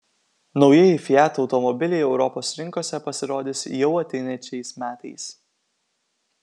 naujieji fiat automobiliai europos rinkose pasirodys jau ateinančiais metais